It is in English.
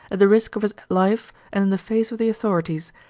at the risk of his life and in the face of the authorities,